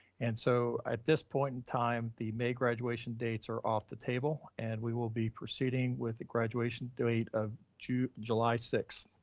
and so at this point in time, the may graduation dates are off the table and we will be proceeding with the graduation date of june, july sixth,